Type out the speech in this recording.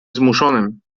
zmuszonym